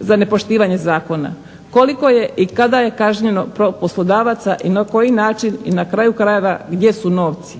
za nepoštivanje zakona. Koliko je i kada je kažnjeno poslodavaca i na koji način i na kraju krajeva gdje su novci?